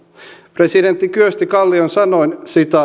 presidentti kyösti kallion sanoin